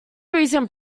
recent